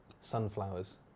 *Sunflowers*